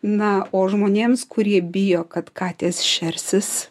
na o žmonėms kurie bijo kad katės šersis